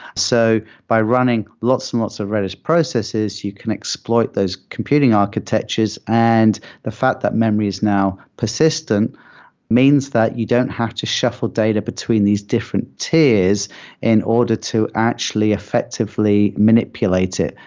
so by running lots and lots of redis processes, you can exploit those computing architectures. and the fact that memory is now persistent means that you don't have to shuffle data between these different tiers in order to actually effectively manipulate it.